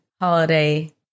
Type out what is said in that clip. holiday